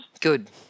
Good